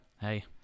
Hey